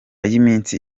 y’iminsi